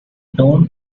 don